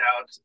out